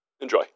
Enjoy